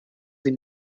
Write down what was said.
sie